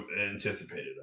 anticipated